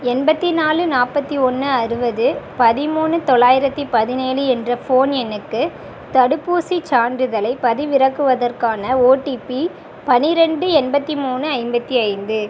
எண்பத்தி நாலு நாற்பத்தி ஒன்று அறுபது பதிமூணு தொள்ளாயிரத்தி பதினேழு என்ற ஃபோன் எண்ணுக்கு தடுப்பூசிச் சான்றிதழைப் பதிவிறக்குவதற்கான ஒடிபி பன்னிரெண்டு எண்பத்தி மூணு ஐம்பத்தி ஐந்து